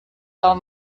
tal